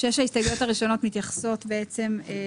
שש ההסתייגויות הראשונות מתייחסות בעצם לחוק הקיים.